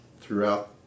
throughout